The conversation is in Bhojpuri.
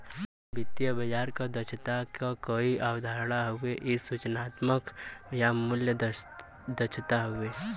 एक वित्तीय बाजार क दक्षता क कई अवधारणा हउवे इ सूचनात्मक या मूल्य दक्षता हउवे